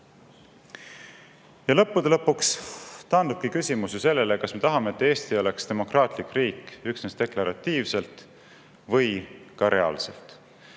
Lõppude lõpuks taandubki küsimus ju sellele, kas me tahame, et Eesti oleks demokraatlik riik üksnes deklaratiivselt või et ta oleks